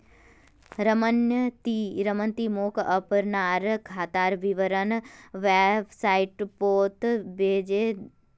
रमन ती मोक अपनार खातार विवरण व्हाट्सएपोत भेजे दे